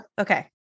Okay